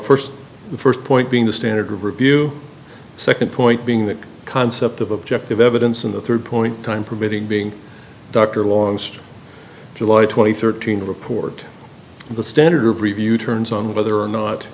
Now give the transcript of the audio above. first the first point being the standard of review second point being that concept of objective evidence and the third point time permitting being dr alongst july twenty third gene report the standard of review turns on whether or not